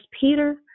Peter